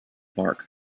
mark